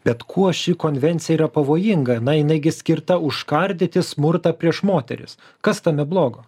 bet kuo ši konvencija yra pavojinga na jinai gi skirta užkardyti smurtą prieš moteris kas tame blogo